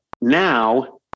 now